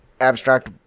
abstract